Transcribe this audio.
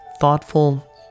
thoughtful